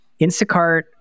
Instacart